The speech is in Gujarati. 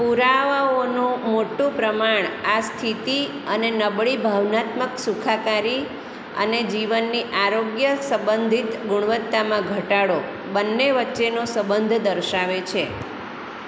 પુરાવાઓનું મોટું પ્રમાણ આ સ્થિતિ અને નબળી ભાવનાત્મક સુખાકારી અને જીવનની આરોગ્ય સંબંધિત ગુણવત્તામાં ઘટાડો બંને વચ્ચેનો સંબંધ દર્શાવે છે